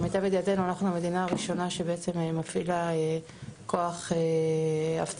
למיטב ידיעתנו אנחנו מדינה ראשונה שבעצם מפעילה כוח אבטחה